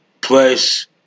Plus